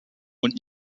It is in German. und